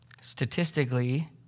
statistically